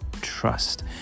trust